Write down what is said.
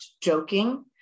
joking